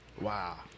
Wow